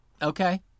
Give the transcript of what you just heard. Okay